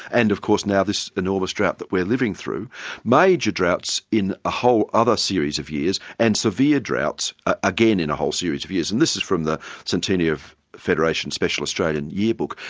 and of course now this enormous drought that we're living through and major droughts in a whole other series of years, and severe droughts again in a whole series of years. and this is from the centenary of federation special australian year book,